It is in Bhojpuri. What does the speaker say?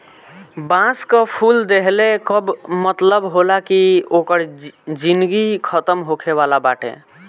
बांस कअ फूल देहले कअ मतलब होला कि ओकर जिनगी खतम होखे वाला बाटे